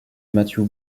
matthew